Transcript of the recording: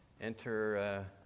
enter